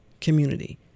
community